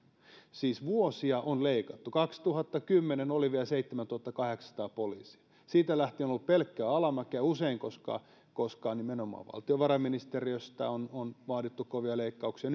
siis vuosia on leikattu kaksituhattakymmenen oli vielä seitsemäntuhattakahdeksansataa poliisia siitä lähtien on ollut pelkkää alamäkeä usein koska nimenomaan valtiovarainministeriöstä on on vaadittu kovia leikkauksia